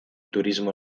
turismo